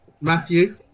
Matthew